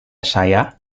saya